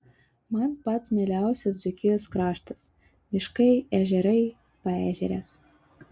man pats mieliausias dzūkijos kraštas miškai ežerai paežerės